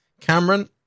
cameron